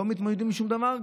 לא מתמודדים עם שום דבר.